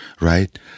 right